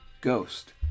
Ghost